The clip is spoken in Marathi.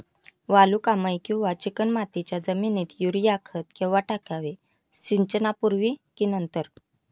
वालुकामय किंवा चिकणमातीच्या जमिनीत युरिया खत केव्हा टाकावे, सिंचनापूर्वी की नंतर?